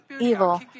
evil